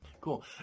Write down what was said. Cool